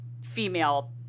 female